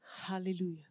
Hallelujah